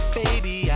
baby